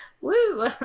woo